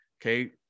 okay